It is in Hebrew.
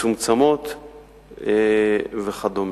מצומצמות וכדומה.